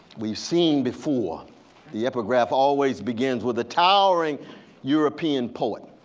we've seen before the epigraph always begins with a towering european poet.